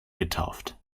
getauft